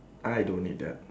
I don't need that